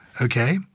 Okay